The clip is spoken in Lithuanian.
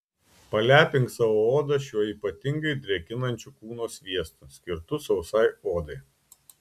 palepink savo odą šiuo ypatingai drėkinančiu kūno sviestu skirtu sausai odai